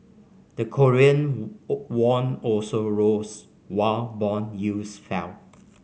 the Korean won also rose while bond yields fell